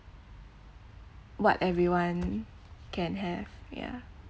what everyone can have ya